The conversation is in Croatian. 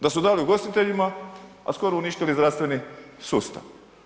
Da su dali ugostiteljima a skoro uništili zdravstveni sustav.